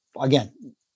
again